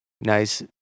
nice